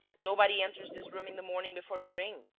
nobody enters this room in the morning before we ring.